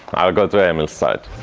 i'll go to emil's side!